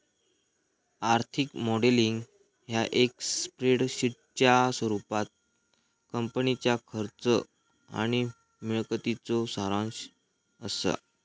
आर्थिक मॉडेलिंग ह्या एक स्प्रेडशीटच्या स्वरूपात कंपनीच्या खर्च आणि मिळकतीचो सारांश असा